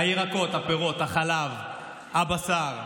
הירקות, הפירות, החלב, הבשר,